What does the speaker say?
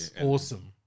Awesome